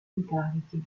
incarichi